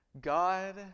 God